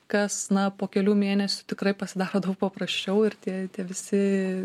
kas na po kelių mėnesių tikrai pasidaro daug paprasčiau ir tie tie visi